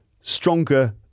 stronger